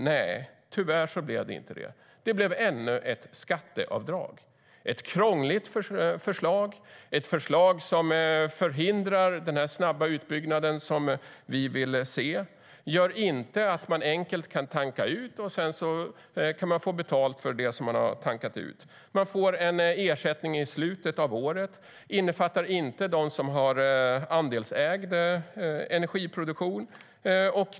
Nej, tyvärr blev det inte det. Det blev ännu ett skatteavdrag. Det är ett krångligt förslag som förhindrar den snabba utbyggnaden som vi vill se. Det gör inte att man enkelt kan tanka ut och få betalt för det. Man får en ersättning i slutet av året, och det innefattar inte dem som har andelsägd produktion.